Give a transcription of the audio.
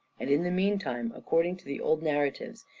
and in the meantime according to the old narratives,